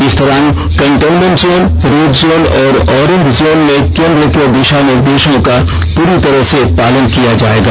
इस दौरान containment zone red zone और औरेंज जोन में केन्द्र के दिषा निर्देषों का पूरी तरह से पालन किया जायेगा